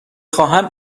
خواهم